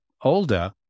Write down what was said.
older